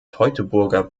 teutoburger